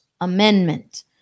Amendment